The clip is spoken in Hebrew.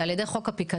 שעל ידי חוק הפקדון,